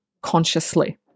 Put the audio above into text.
consciously